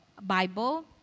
Bible